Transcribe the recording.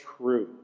true